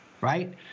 right